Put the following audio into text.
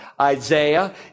Isaiah